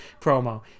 promo